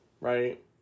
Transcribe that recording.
right